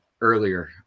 earlier